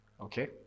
Okay